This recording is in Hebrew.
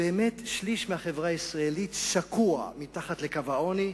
ששליש מהחברה הישראלית שקוע מתחת לקו העוני,